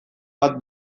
bat